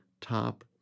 top